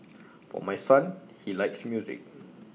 for my son he likes music